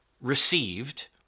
received